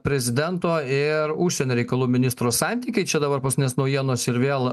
prezidento ir užsienio reikalų ministro santykiai čia dabar paskutinės naujienos ir vėl